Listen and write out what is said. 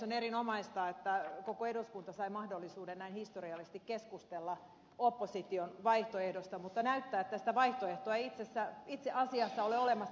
on erinomaista että koko eduskunta sai mahdollisuuden näin historiallisesti keskustella opposition vaihtoehdosta mutta näyttää siltä että sitä vaihtoehtoa ei itse asiassa ole olemassa